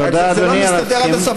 רק שזה לא מסתדר עד הסוף,